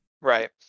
right